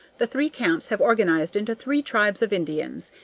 the three camps have organized into three tribes of indians,